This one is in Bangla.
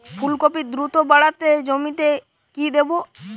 ফুলকপি দ্রুত বাড়াতে জমিতে কি দেবো?